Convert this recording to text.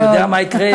אני יודע מה יקרה?